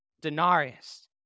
denarius